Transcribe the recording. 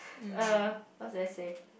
err what was I saying